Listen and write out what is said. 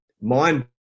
Mind